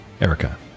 erica